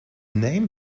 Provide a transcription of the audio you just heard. name